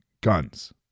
guns